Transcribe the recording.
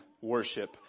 worship